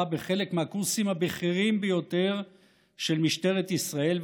בחלק מהקורסים הבכירים ביותר של משטרת ישראל,